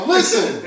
Listen